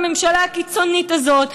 הממשלה הקיצונית הזאת,